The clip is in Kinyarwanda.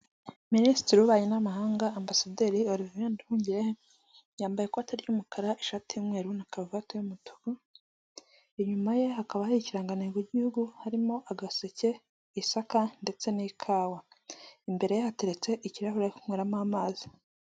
Minisitiri w'ububanyi n'amahanga ambasaderi oriviye Nduhungirehe yambaye ikoti ry'umukara ishati y'umweru na karavati y'umutuku, inyuma ye hakaba hari ikirangango cy'igihugu harimo agaseke, isaka ndetse n'ikawa, imbere yateretse ikirahure cyo kunyweramo amazi.